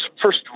First